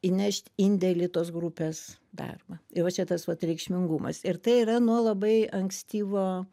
įnešt indėlį į tos grupės darbą tai va tas vat reikšmingumas ir tai yra nuo labai ankstyvo